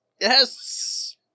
Yes